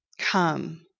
come